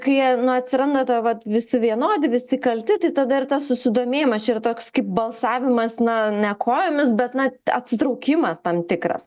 kai na atsiranda ta vat visi vienodi visi kalti tai tada ir tas susidomėjimas čia yra toks kaip balsavimas na ne kojomis bet na atsitraukimas tam tikras